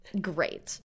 great